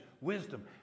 wisdom